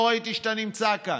לא ראיתי שאתה נמצא כאן.